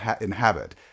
inhabit